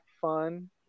fun